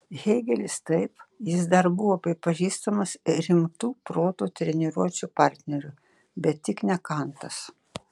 hėgelis taip jis dar buvo pripažįstamas rimtu proto treniruočių partneriu bet tik ne kantas